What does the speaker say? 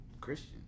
Christian